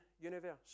universe